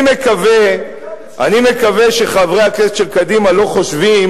אני מקווה שחברי הכנסת של קדימה לא חושבים